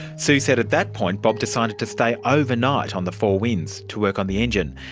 sue said at that point bob decided to stay overnight on the four winds to work on the engine,